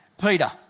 Peter